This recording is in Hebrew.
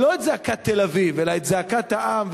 לא את זעקת תל-אביב אלא את זעקת העם,